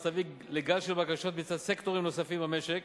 תביא לגל של בקשות מצד סקטורים נוספים במשק